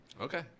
Okay